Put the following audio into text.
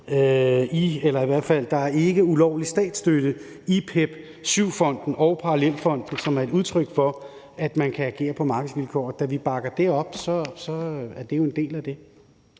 i hvert fald ulovlig statsstøtte i PEP VII-fonden og parallelfonden. Og da det er et udtryk for, at man kan agere på markedsvilkår, bakker vi det op, og så er det jo en del af det.